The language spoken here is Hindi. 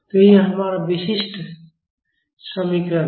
तो यह हमारा विशिष्ट समीकरण है